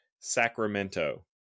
Sacramento